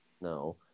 no